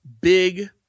big